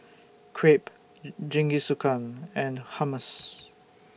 Crepe Jingisukan and Hummus